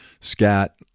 scat